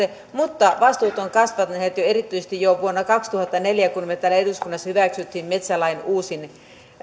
mutta vastuut ovat kasvaneet erityisesti jo vuonna kaksituhattaneljä kun me täällä eduskunnassa hyväksyimme metsälain uusimman